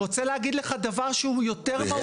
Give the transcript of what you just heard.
אני רוצה להגיד לך דבר שהוא יותר מהותי.